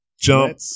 jump